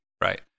right